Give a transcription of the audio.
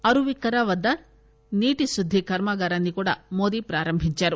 అరువిక్కర వద్ద నీటి శుద్ది కర్మాగారాన్ని కూడా మోడీ ప్రారంభించారు